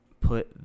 put